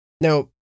Now